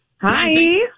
Hi